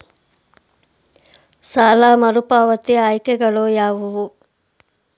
ಸಾಲ ಮರುಪಾವತಿ ಆಯ್ಕೆಗಳು ಯಾವುವು?